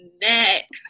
next